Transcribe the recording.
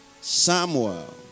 Samuel